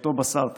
אותו בשר טרי.